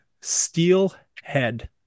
Steelhead